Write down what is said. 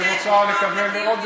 אם היא רוצה עוד,